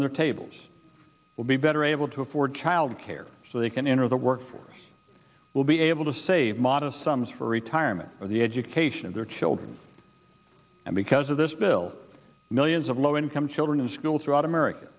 on their tables will be better able to afford child care so they can enter the workforce will be able to save modest sums for retirement for the education of their children and because of this bill millions of low income children in school throughout america